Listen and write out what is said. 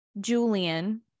Julian